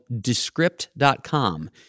Descript.com